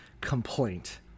complaint